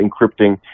encrypting